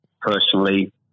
personally